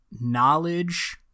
knowledge